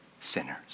sinners